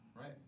Right